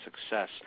success